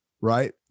right